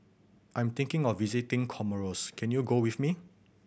I am thinking of visiting Comoros can you go with me